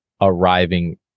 arriving